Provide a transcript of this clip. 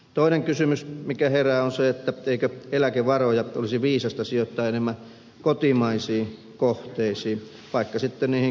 toinen kysymys mikä herää on se että eikö eläkevaroja olisi viisasta sijoittaa enemmän kotimaisiin kohteisiin vaikka sitten niihin kelkkatehtaisiin